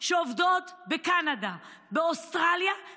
כי אם הפקידות הבכירה באה ואומרת לכם את הדברים השקריים,